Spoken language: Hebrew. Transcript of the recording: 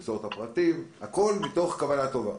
למסור את הפרטים הכול מתוך כוונה טובה.